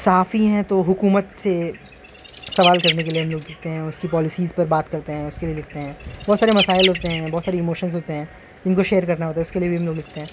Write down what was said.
صحافی ہیں تو حکومت سے سوال کرنے کے لیے ہم لوگ لکھتے ہیں اس کی پالیسیز پر بات کرتے ہیں اس کے لیے لکھتے ہیں بہت سے مسائل ہوتے ہیں بہت ساری ایموشنز ہوتے ہیں جن کو شیئر کرنا ہوتا ہے اس کے لیے بھی ہم لوگ لکھتے ہیں